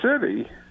City